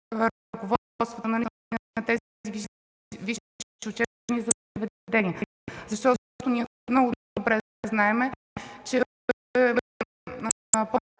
...